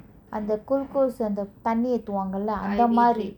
அந்த:antha glucose அந்த தண்ணி ஏத்துவாங்கள அந்தமாரி:antha thanni ethuvaangala anthamari